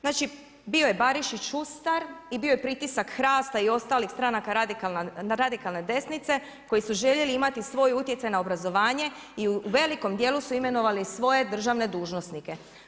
Znači, bio je Barišić … i bio je pritisak HRAST-a i ostalih stranaka radikalne desnice, koji su željeli imati svoj utjecaj na obrazovanje i u velikom dijelu su imenovali svoje državne dužnosnike.